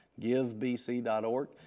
givebc.org